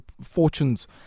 fortunes